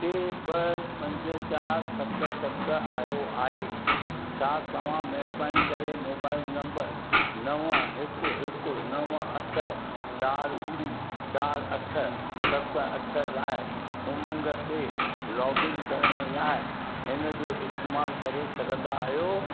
टे ॿ पंज चार सत सत आयो आहे छा तव्हां महिरबानी करे मोबाइल नम्बर नव हिकु हिकु नव अठ चार ॿुड़ी चार अठ सत अठ लाइ उमंग ते लॉगिन करण लाइ हिन जो इस्तेमालु करे सघंदा आहियो